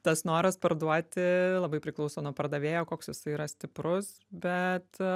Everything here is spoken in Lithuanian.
tas noras parduoti labai priklauso nuo pardavėjo koks jis yra stiprus bet